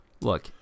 Look